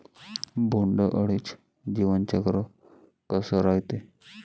बोंड अळीचं जीवनचक्र कस रायते?